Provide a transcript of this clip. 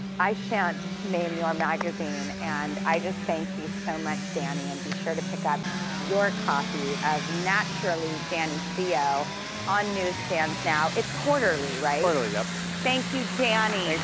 i shan't maim your magazine. and i just thank you so much, danny. and be sure to pick up your copy of naturally danny seo on newsstands now. it's quarterly, right? quarterly, yep. thank you, danny.